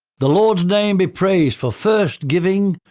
the lord's name be praised for first giving,